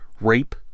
rape